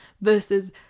versus